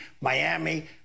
Miami